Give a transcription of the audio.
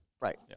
Right